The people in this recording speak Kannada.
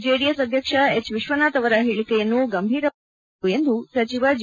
ಜೆಡಿಎಸ್ ಅಧ್ಯಕ್ಷ ಹೆಚ್ ವಿಶ್ವನಾಥ್ ಅವರ ಹೇಳಕೆಯನ್ನು ಗಂಭೀರವಾಗಿ ಪರಿಗಣಿಸಬಾರದು ಎಂದು ಸಚಿವ ಜಿ